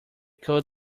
cold